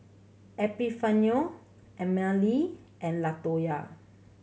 Epifanio Emmalee and Latoya